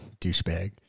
douchebag